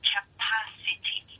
Capacity